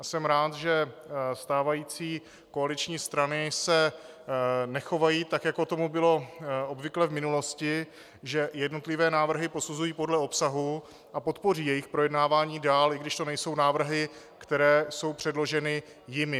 A jsem rád, že stávající koaliční strany se nechovají tak, jako tomu bylo obvykle v minulosti, že jednotlivé návrhy posuzují podle obsahu, a podpoří jejich projednávání dál, i když to nejsou návrhy, které jsou předloženy jimi.